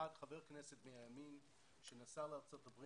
חבר כנסת מהימין שנסע לארצות הברית,